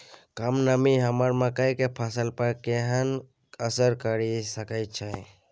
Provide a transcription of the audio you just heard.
कम नमी हमर मकई के फसल पर केहन असर करिये सकै छै?